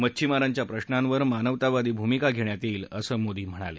मच्छीमारांच्या प्रशांवर मानवतावादी भूमिका घेण्यात येईल असं मोदी म्हणाले